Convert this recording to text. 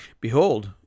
Behold